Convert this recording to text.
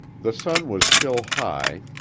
the sun was still high,